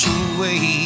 away